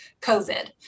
COVID